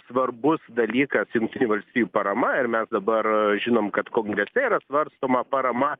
svarbus dalykas jungtinių valstijų parama ir mes dabar žinom kad kongreste yra svarstoma parama